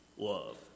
Love